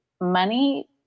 money